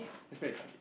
just play the card